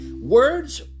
Words